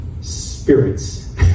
spirits